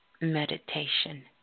meditation